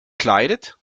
kleidet